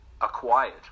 acquired